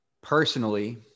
Personally